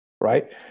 Right